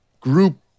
group